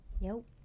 Nope